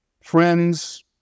friends